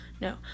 No